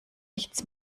nichts